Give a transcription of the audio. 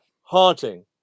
haunting